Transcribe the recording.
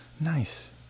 Nice